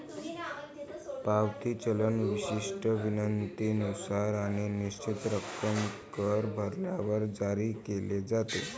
पावती चलन विशिष्ट विनंतीनुसार आणि निश्चित रक्कम कर भरल्यावर जारी केले जाते